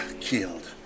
killed